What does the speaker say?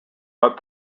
but